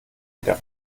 wieder